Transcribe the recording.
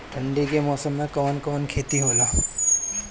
ठंडी के मौसम में कवन कवन खेती होला?